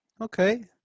Okay